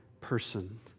person